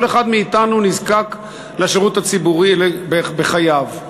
כל אחד מאתנו נזקק לשירות הציבורי בחייו.